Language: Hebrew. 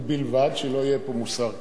ובלבד שלא יהיה פה מוסר כפול: